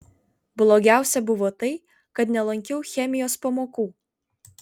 blogiausia buvo tai kad nelankiau chemijos pamokų